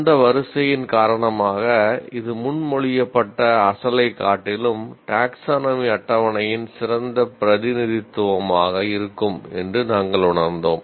அந்த வரிசையின் காரணமாக இது முன்மொழியப்பட்ட அசலைக் காட்டிலும் டாக்சோனாமி அட்டவணையின் சிறந்த பிரதிநிதித்துவமாக இருக்கும் என்று நாங்கள் உணர்ந்தோம்